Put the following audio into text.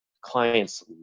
clients